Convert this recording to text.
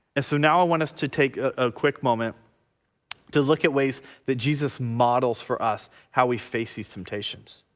and so now i want us to take a quick moment to look at ways that jesus models for us how we face these temptations.